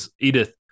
edith